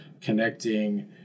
connecting